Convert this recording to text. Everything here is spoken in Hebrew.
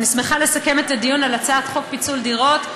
אני שמחה לסכם את הדיון על הצעת חוק פיצול דירות.